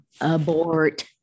abort